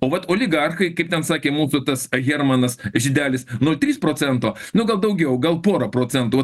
o vat oligarchai kaip ten sakė mūsų tas hermanas žydelis nuo trys procento nu gal daugiau gal pora procentų